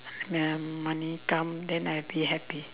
money come then I'll be happy